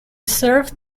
served